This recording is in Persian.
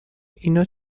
اینا